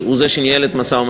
הוא זה שניהל את המשא-ומתן,